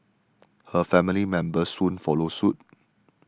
her family members soon followed suit